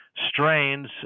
strains